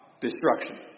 destruction